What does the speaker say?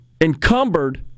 encumbered